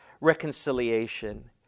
reconciliation